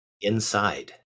Inside